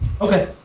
Okay